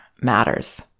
matters